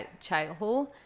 childhood